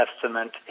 Testament